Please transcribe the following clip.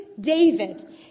David